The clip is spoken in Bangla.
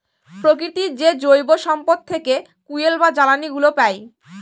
প্রকৃতির যে জৈব সম্পদ থেকে ফুয়েল বা জ্বালানিগুলো পাই